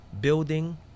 building